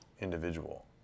individual